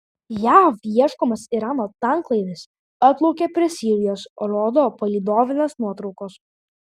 jav ieškomas irano tanklaivis atplaukė prie sirijos rodo palydovinės nuotraukos